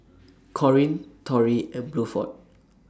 Corrine Torey and Bluford